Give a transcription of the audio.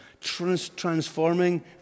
transforming